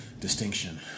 distinction